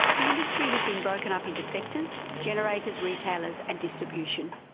the industry has been broken up into sectors generators, retailers and distribution.